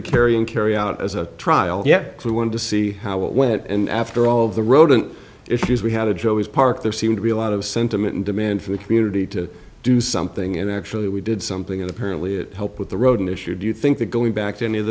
the carrying carry out as a trial yeah we wanted to see how it went and after all the rodent issues we had a job was parked there seemed to be a lot of sentiment and demand from the community to do something and actually we did something that apparently is help with the rodent issue do you think that going back to any of